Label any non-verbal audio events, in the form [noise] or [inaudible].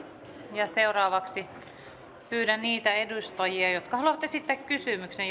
pyydän niitä edustajia jotka haluavat esittää kysymyksen [unintelligible]